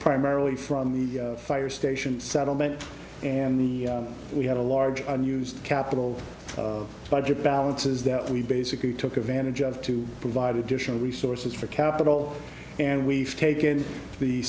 primarily from the fire station settlement and we had a large unused capital budget balances that we basically took advantage of to provide additional resources for capital and we've taken the